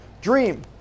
Dream